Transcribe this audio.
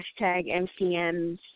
MCMs